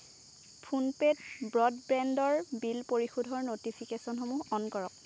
ফোনপে'ত ব্ৰডবেণ্ডৰ বিল পৰিশোধৰ ন'টিফিকেশ্যনসমূহ অন কৰক